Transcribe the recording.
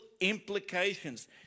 implications